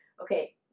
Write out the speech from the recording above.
okay